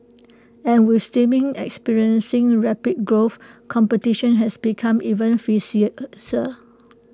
and with streaming experiencing rapid growth competition has become even